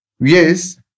Yes